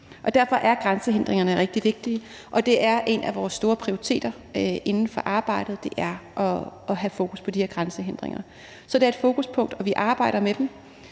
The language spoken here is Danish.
Derfor er grænsehindringerne rigtig vigtige, og det er en af vores store prioriteter i det nordiske arbejde at have fokus på de her grænsehindringer. Så det er et fokuspunkt, og vi arbejder med det.